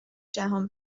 جهان